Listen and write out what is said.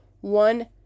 one